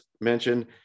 mentioned